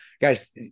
Guys